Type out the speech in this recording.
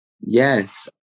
Yes